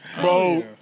Bro